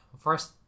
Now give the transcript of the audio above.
First